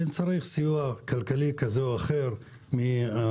אם צריך סיוע כלכלי כזה או אחר מהמדינה